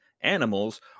animals